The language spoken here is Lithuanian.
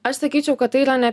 aš sakyčiau kad tai yra ne